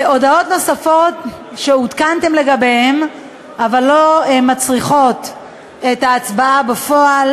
הודעות נוספות שעודכנתם לגביהן אבל הן לא מצריכות את ההצבעה בפועל: